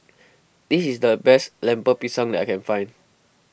this is the best Lemper Pisang that I can find